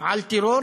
על טרור,